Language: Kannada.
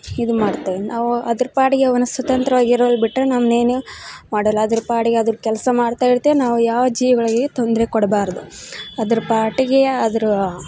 ಇದು ಮಾಡ್ತವೆ ನಾವು ಅದ್ರ ಪಾಡಿಗೆ ಅವನ್ನ ಸ್ವತಂತ್ರವಾಗಿರಲು ಬಿಟ್ಟರೆ ನಮ್ಮನ್ನೇನು ಮಾಡಲ್ಲ ಅದ್ರ ಪಾಡಿಗೆ ಅದ್ರ ಕೆಲಸ ಮಾಡ್ತಾಯಿರತ್ತೆ ನಾವು ಯಾವ ಜೀವಿಗಳಿಗೆ ತೊಂದರೆ ಕೊಡಬಾರದು ಅದ್ರ ಪಾಡಿಗೆ ಅದರ